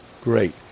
Great